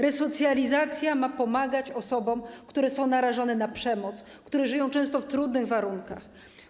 Resocjalizacja ma pomagać osobom, które są narażone na przemoc, które żyją często w trudnych warunkach.